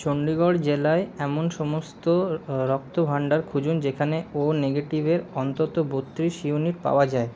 চন্ডীগড় জেলায় এমন সমস্ত রক্ত ভাণ্ডার খুঁজুন যেখানে ও নেগেটিভের অন্তত বত্রিশ ইউনিট পাওয়া যায়